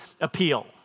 appeal